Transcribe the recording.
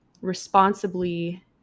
responsibly